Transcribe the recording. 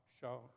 show